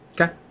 okay